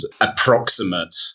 approximate